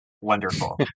Wonderful